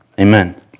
Amen